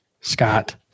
Scott